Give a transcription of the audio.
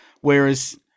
Whereas